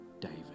david